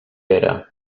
pere